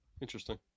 Interesting